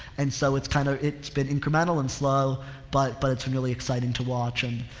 and so, it's kind of, its been incremental and slow but, but it's really exciting to watch and